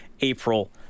April